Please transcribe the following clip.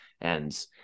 And-